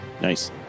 Nice